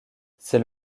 c’est